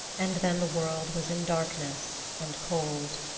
and then the world was in darkness and cold.